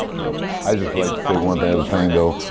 you know i'd just like to say one thing thing though.